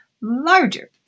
larger